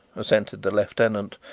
assented the lieutenant.